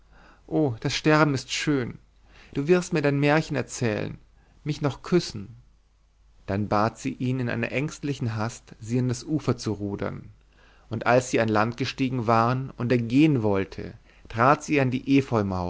oh das sterben ist schön du wirst mir dein märchen erzählen mich noch küssen dann bat sie ihn in einer ängstlichen hast sie an das ufer zu rudern und als sie an land gestiegen waren und er gehen wollte trat sie an die